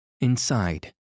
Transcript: Inside